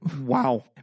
wow